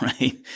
right